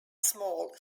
small